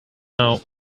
now